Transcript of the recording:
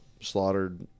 slaughtered